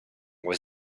was